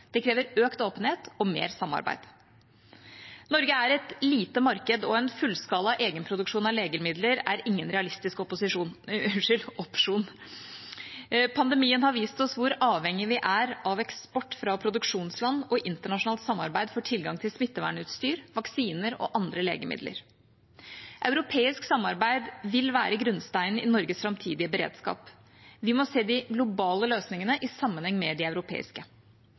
Det krever økt åpenhet og mer samarbeid. Norge er et lite marked, og en fullskala egenproduksjon av legemidler er ingen realistisk opsjon. Pandemien har vist oss hvor avhengige vi er av eksport fra produksjonsland og internasjonalt samarbeid for tilgang til smittevernutstyr, vaksiner og andre legemidler. Europeisk samarbeid vil være grunnsteinen i Norges framtidige beredskap. Vi må se de globale løsningene i sammenheng med de europeiske.